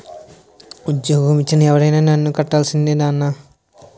ఉజ్జోగమొచ్చిన ఎవరైనా పన్ను కట్టాల్సిందే నాన్నా